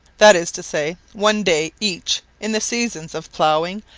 that is to say, one day each in the seasons of ploughing,